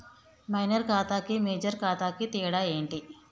Minor ఖాతా కి major ఖాతా కి తేడా ఏంటి?